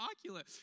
Oculus